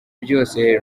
byose